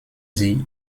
sie